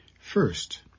First